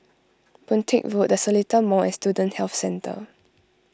Boon Teck Road the Seletar Mall and Student Health Centre